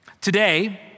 Today